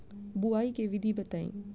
बुआई के विधि बताई?